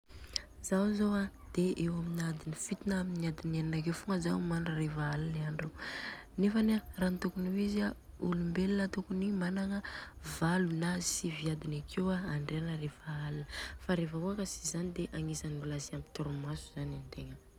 Zaho zô an de eo amin'ny adiny fito n'a adiny enina akeo fogna zaho mandry reva al i andro. Nefany an olombelona tokony managna valo na sivy adiny akeo andriana rehefa alina. Fa rehefa kôa ka ts zany de agnisany olona tsy ampy toromaso zany anô.